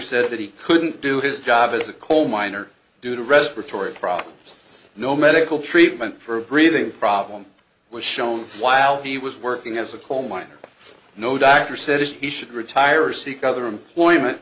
said that he couldn't do his job as a coal miner due to respiratory problems no medical treatment for a breathing problem was shown while he was working as a coal miner no doctor said he should retire or seek other employment